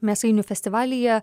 mėsainių festivalyje